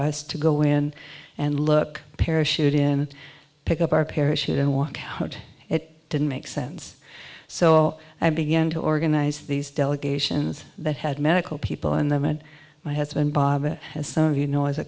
us to go in and look parachute in pick up our parachute and walk home it didn't make sense so i began to organize these delegations that had medical people in them and my husband bob as some of you know as a